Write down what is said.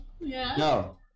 No